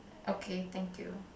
okay thank you